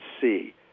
see